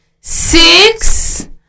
six